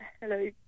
Hello